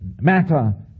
matter